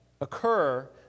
occur